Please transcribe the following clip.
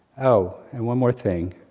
oh, and one more thing,